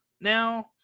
now